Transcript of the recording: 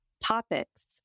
topics